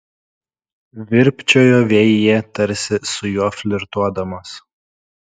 virpčiojo vėjyje tarsi su juo flirtuodamos